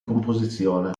composizione